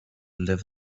live